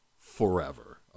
forever